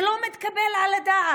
זה לא מתקבל על הדעת,